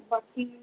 ਬਾਕੀ